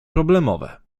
problemowe